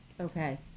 Okay